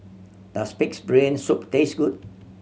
does Pig's Brain Soup taste good